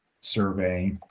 survey